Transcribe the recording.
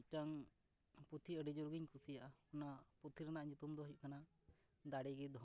ᱤᱧ ᱢᱤᱫᱴᱟᱝ ᱯᱩᱛᱷᱤ ᱟᱹᱰᱤ ᱡᱳᱨ ᱤᱧ ᱠᱩᱥᱤᱭᱟᱜᱼᱟ ᱚᱱᱟ ᱯᱩᱸᱛᱷᱤ ᱨᱮᱱᱟᱜ ᱧᱩᱛᱩᱢ ᱫᱚ ᱦᱩᱭᱩᱜ ᱠᱟᱱᱟ ᱫᱟᱲᱮᱜᱮ ᱫᱷᱚᱱ